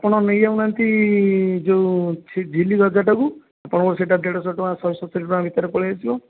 ଆପଣ ନେଇଯାଉନାହାନ୍ତି ଯେଉଁ ସେଇ ଝିଲ୍ଲୀଗଜାଟାକୁ ଆପଣଙ୍କର ସେଇଟା ଦେଡ଼ଶହ ଶହେ ସତୁରି ଟଙ୍କା ଭିତରେ ପଳେଇଆସିବ